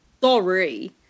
Sorry